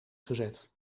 gezet